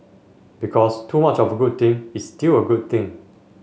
because too much of a good thing is still a good thing